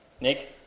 Nick